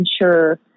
ensure